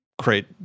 create